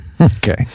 Okay